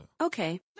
Okay